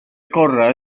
gorau